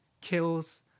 kills